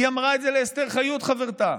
היא אמרה את זה לאסתר חיות, חברתה.